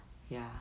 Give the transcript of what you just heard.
ya